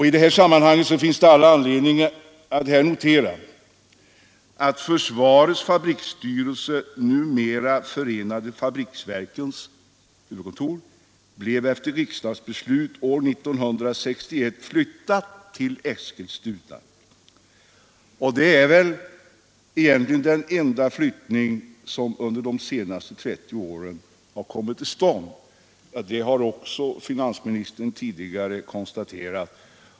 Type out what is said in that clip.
I det här sammanhanget finns det all anledning att notera att försvarets fabriksstyrelse — numera förenade fabriksverkens huvudkontor — efter riksdagsbeslut år 1961 flyttades till Eskilstuna. Det är väl egentligen den enda flyttning som under de senaste 30 åren har kommit till stånd. Detta har också finansministern tidigare konstaterat.